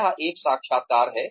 यह एक साक्षात्कार है